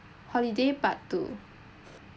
holiday part two